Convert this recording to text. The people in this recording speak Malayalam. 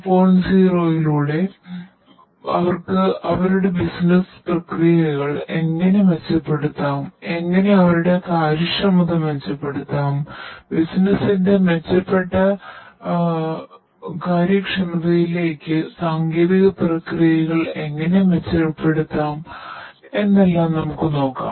0 യിലൂടെ അവർക്ക് അവരുടെ ബിസിനസ്സ് പ്രക്രിയകൾ എങ്ങനെ മെച്ചപ്പെടുത്താം എങ്ങനെ വരുടെ കാര്യക്ഷമത മെച്ചപ്പെടുത്താം ബിസിനസ്സിന്റെ മെച്ചപ്പെട്ട കാര്യക്ഷമതയിലേക്ക് സാങ്കേതിക പ്രക്രിയകൾ എങ്ങനെ മെച്ചപ്പെടുത്താം എന്നെല്ലാം നോക്കാം